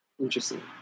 Interesting